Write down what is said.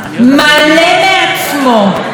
חוץ מהמילה "שופוני"